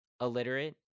illiterate